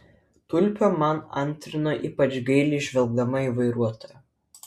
tulpė man antrino ypač gailiai žvelgdama į vairuotoją